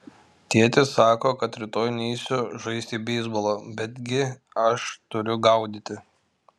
tėtis sako kad rytoj neisiu žaisti beisbolo betgi aš turiu gaudyti